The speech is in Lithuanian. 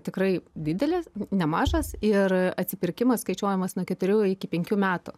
tikrai didelis nemažas ir atsipirkimas skaičiuojamas nuo keturių iki penkių metų